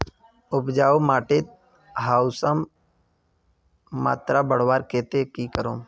उपजाऊ माटिर ह्यूमस मात्रा बढ़वार केते की करूम?